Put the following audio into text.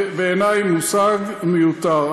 בעיני זה מושג מיותר.